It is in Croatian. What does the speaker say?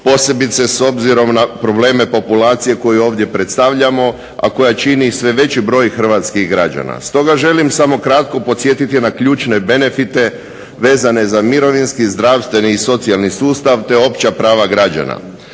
posebice s obzirom na probleme populacije koje ovdje predstavljamo a koja čini sve veći broj hrvatskih građana. Stoga želim samo kratko podsjetiti na ključne benefite vezane za mirovinski, zdravstveni i socijalni sustav, te opća prava građana.